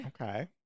Okay